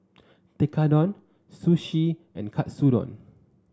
Tekkadon Sushi and Katsudon